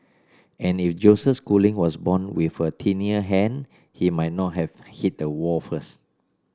and if Joseph Schooling was born with a tinier hand he might not have hit the wall first